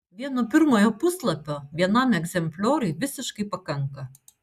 vieno pirmojo puslapio vienam egzemplioriui visiškai pakanka